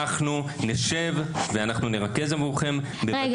אנחנו נשב ואנחנו נרכז עבורכם --- (אומרת דברים בשפת הסימנים,